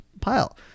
pile